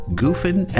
Goofin